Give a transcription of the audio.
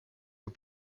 aux